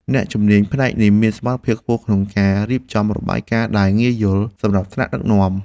អ្នកជំនាញផ្នែកនេះមានសមត្ថភាពខ្ពស់ក្នុងការរៀបចំរបាយការណ៍ដែលងាយយល់សម្រាប់ថ្នាក់ដឹកនាំ។